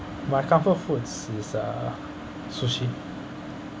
my comfort foods is uh sushi